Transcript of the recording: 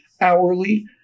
hourly